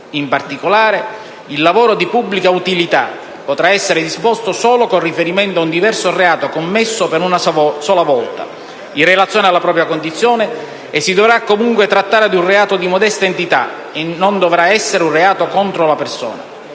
in particolare, il lavoro di pubblica utilità potrà essere disposto solo con riferimento a un diverso reato commesso per una sola volta, in relazione alla propria condizione, e si dovrà comunque trattare di un reato di modesta entità e non dovrà essere un reato contro la persona.